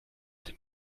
dem